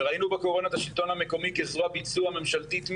וראינו בקורונה את השלטון המקומי כזרוע ביצוע ממשלתית מהירה,